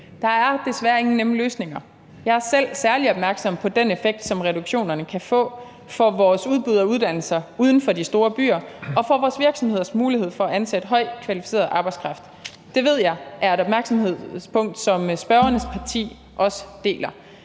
Der er desværre ingen nemme løsninger. Jeg er selv særlig opmærksom på den effekt, som reduktionerne kan få for vores udbud af uddannelser uden for de større byer og for vores virksomheders mulighed for at ansætte kvalificeret arbejdskraft. Det ved jeg er et opmærksomhedspunkt, som spørgerens parti også deler.